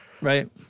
Right